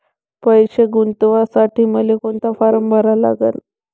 पैसे गुंतवासाठी मले कोंता फारम भरा लागन?